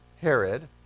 Herod